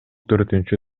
төртүнчү